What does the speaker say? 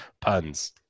puns